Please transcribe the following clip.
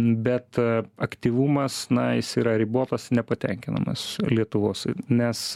bet aktyvumas na jis yra ribotas nepatenkinamas lietuvos nes